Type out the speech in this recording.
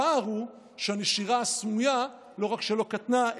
הפער הוא שהנשירה הסמויה לא רק שלא קטנה,